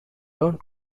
don’t